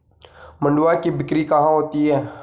मंडुआ की बिक्री कहाँ होती है?